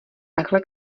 takhle